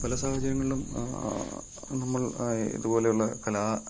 പല സാഹചര്യങ്ങളിലും നമ്മൾ അതുപോലെയുള്ള കലാ